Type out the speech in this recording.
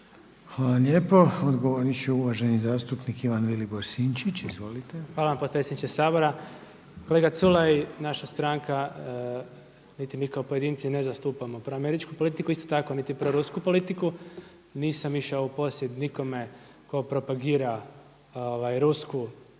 Hvala lijepo. Odgovorit će uvaženi zastupnik Ivan Vilibor Sinčić, izvolite. **Sinčić, Ivan Vilibor (Živi zid)** hvala vam potpredsjedniče Sabora. Kolega Culej, naša stranka, niti mi kao pojedinci ne zastupamo proameričku politiku, isto tako niti prorusku politiku. Nisam išao u posjet nikome tko propagira rusku politiku.